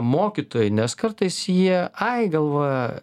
mokytojai nes kartais jie ai galvoja